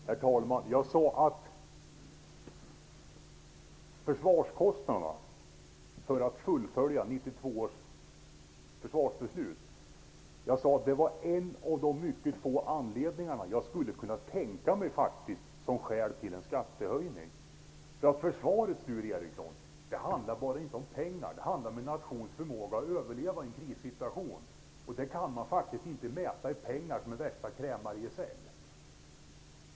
Herr talman! Jag sade att försvarskostnaderna för att fullfölja 1992 års försvarsbeslut var en av de mycket få anledningar som jag skulle kunna tänka mig som skäl till en skattehöjning. Försvaret, Sture Ericson, handlar inte bara om pengar. Det handlar om en nations förmåga att överleva i en krissituation. Det kan man, som en värsta krämargesäll, faktiskt inte mäta i pengar.